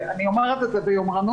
אני אומר את זה ביומרנות,